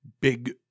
big